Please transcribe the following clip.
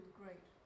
great